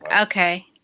okay